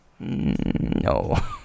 No